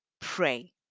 pray